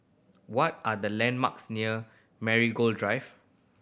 what are the landmarks near Marigold Drive